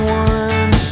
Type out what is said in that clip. one